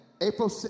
April